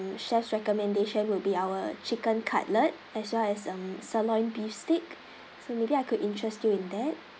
chef's recommendation will be our chicken cutlet as well as err sirloin beef steak so maybe I could interest you in that